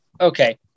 Okay